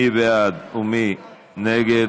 מי בעד ומי נגד?